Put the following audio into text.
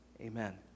amen